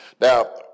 Now